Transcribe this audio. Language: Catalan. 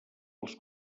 els